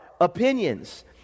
opinions